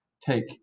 take